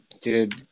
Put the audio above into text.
dude